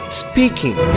speaking